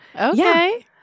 Okay